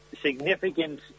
significant